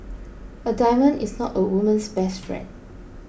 a diamond is not a woman's best friend